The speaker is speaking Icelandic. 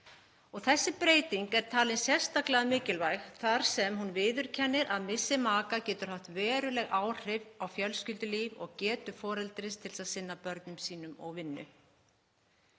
Þessi breyting er talin sérstaklega mikilvæg þar sem hún viðurkennir að missir maka getur haft veruleg áhrif á fjölskyldulíf og getu foreldris til að sinna börnum sínum og vinnu.